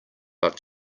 but